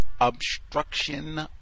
Obstruction